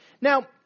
Now